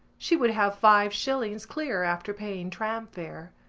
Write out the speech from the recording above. she would have five shillings clear after paying tram fare.